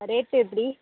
rate எப்படி